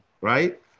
right